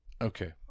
Okay